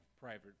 private